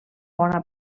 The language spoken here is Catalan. bona